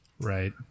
Right